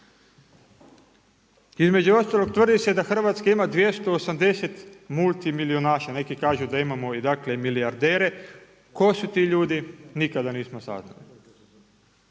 Između ostalog tvrdi se da Hrvatska ima 280 multimilijunaša. Neki kažu da imamo, dakle i milijardere. Tko su ti ljudi nikada nismo saznali.